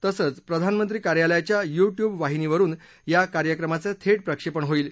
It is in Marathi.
तसंच प्रधानमंत्री कार्यालयाच्या युट्युब वाहिनीवरुन या कार्यक्रमाचं थेट प्रक्षेपण होईल